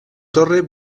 torre